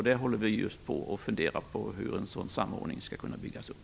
Vi håller just på att fundera över hur en sådan samordning skall kunna byggas upp.